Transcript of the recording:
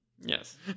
yes